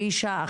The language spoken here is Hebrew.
ברישה,